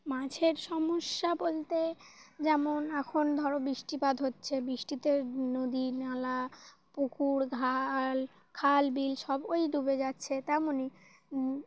মাছের সমস্যা বলতে যেমন এখন ধরো বৃষ্টিপাত হচ্ছে বৃষ্টিতে নদী নালা পুকুর ঘাল খাল বিল সব ওই ডুবে যাচ্ছে তেমনই